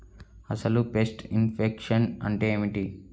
అసలు pest infection అంటే ఏమిటి?